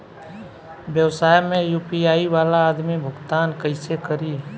व्यवसाय में यू.पी.आई वाला आदमी भुगतान कइसे करीं?